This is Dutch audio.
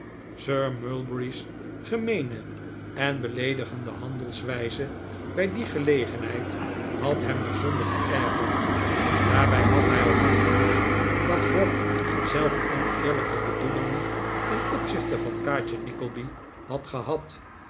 sir mulberry's gemeene en beleedigende handelwijze bij die gelegenheid had hem bijzonder geergerd daarbij had hij al lang vermoed dat hawk zelf oneerlijke bedoelingen ten opzichte van kaatje nickleby had gehad